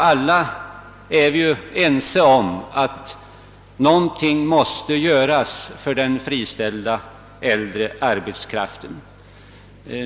Alla är vi överens om att någonting måste göras för den friställda äldre arbetskraften.